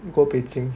不过 Beijing